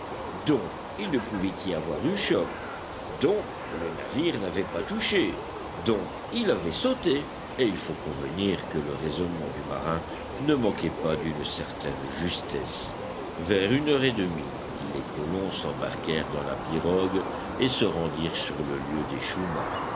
donc il ne pouvait y avoir eu choc donc le navire n'avait pas touché donc il avait sauté et il faut convenir que le raisonnement du marin ne manquait pas d'une certaine justesse vers une heure et demie les colons s'embarquèrent dans la pirogue et se rendirent sur le lieu